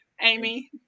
Amy